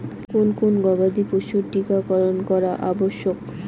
কোন কোন গবাদি পশুর টীকা করন করা আবশ্যক?